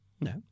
No